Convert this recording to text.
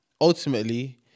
ultimately